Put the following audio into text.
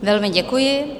Velmi děkuji.